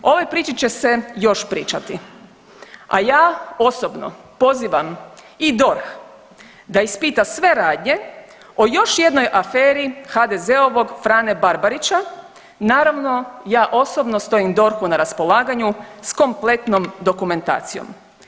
O ovoj priči će se još pričati, a ja osobno pozivam i DORH da ispita sve radnje o još jednoj aferi HDZ-ovog Frane Barbarića, naravno ja osobno stojim DORH-u na raspolaganju s kompletnom dokumentacijom.